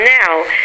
now